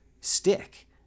stick